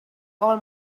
all